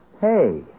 Hey